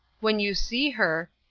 when you see her